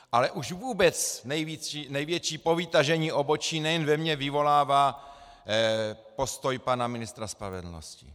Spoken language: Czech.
Ale už vůbec největší povytažení obočí nejen ve mně vyvolává postoj pana ministra spravedlnosti.